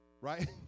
right